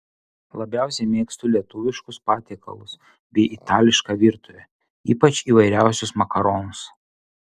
labiausiai mėgstu lietuviškus patiekalus bei itališką virtuvę ypač įvairiausius makaronus